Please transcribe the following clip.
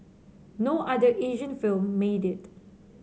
no other Asian film made it